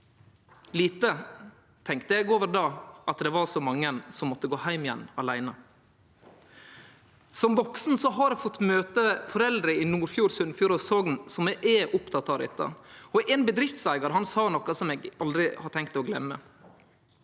Lite tenkte eg over då at det var så mange som måtte gå heim igjen åleine. Som vaksen har eg fått møte foreldre i Nordfjord, Sunnfjord og Sogn som er opptekne av dette. Ein bedriftseigar sa noko som eg aldri har tenkt å gløyme.